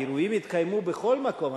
לא, האירועים התקיימו בכל מקום.